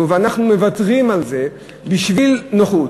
ואנחנו מוותרים על זה בשביל נוחות.